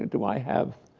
do i have,